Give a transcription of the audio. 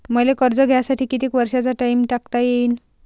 मले कर्ज घ्यासाठी कितीक वर्षाचा टाइम टाकता येईन?